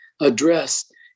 addressed